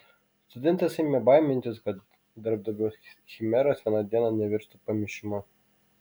studentas ėmė baimintis kad darbdavio chimeros vieną dieną nevirstų pamišimu